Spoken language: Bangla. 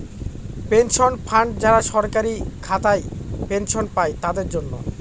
পেনশন ফান্ড যারা সরকারি খাতায় পেনশন পাই তাদের জন্য